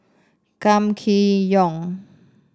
Kam Kee Yong